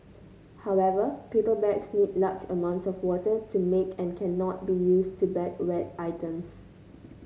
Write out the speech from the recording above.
however paper bags need large amounts of water to make and cannot be used to bag wet items